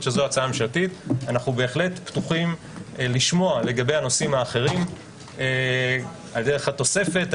אנו בהחלט פתוחים לשמוע לגבי הנושאים האחרים על דרך התוספת,